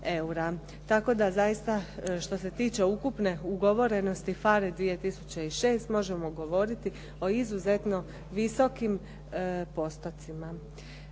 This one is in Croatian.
Tako da zaista što se tiče ukupne ugovorenosti PHARE 2006 možemo govoriti o izuzetno visokim postocima.